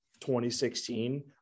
2016